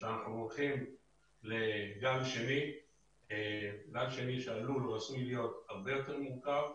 שאנחנו הולכים לגל שני שעלול או עשוי להיות הרבה יותר מורכב,